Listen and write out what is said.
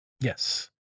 Yes